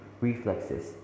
reflexes